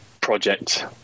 project